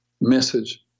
message